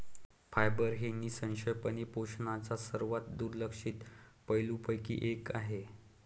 fibre हे निःसंशयपणे पोषणाच्या सर्वात दुर्लक्षित पैलूंपैकी एक आहे